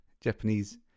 Japanese